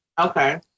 okay